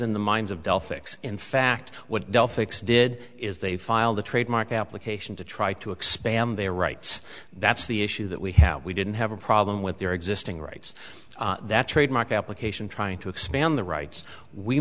in the minds of delphic so in fact what dell fix did is they filed a trademark application to try to expand their rights that's the issue that we have we didn't have a problem with their existing rights that trademark application trying to expand the rights we